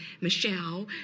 Michelle